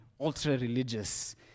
ultra-religious